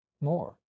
more